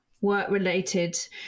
work-related